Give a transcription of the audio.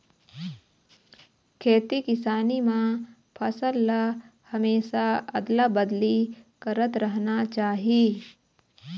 खेती किसानी म फसल ल हमेशा अदला बदली करत रहना चाही